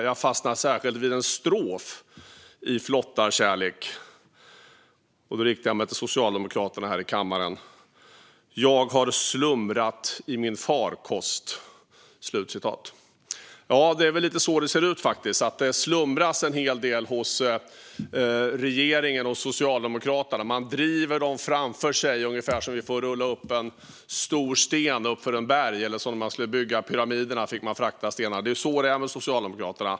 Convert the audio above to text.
Jag kom särskilt att tänka på följande brottstycke ur Flottarkärlek - jag riktar mig nu till Socialdemokraterna här i kammaren: "Jag har slumrat i min farkost." Det är väl lite så det ser ut. Det slumras en hel del hos regeringen och Socialdemokraterna. Man driver dem framför sig, ungefär som när man rullar upp en stor sten uppför ett berg eller som när man skulle frakta stenarna för att bygga pyramiderna. Det är så det är med Socialdemokraterna.